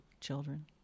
children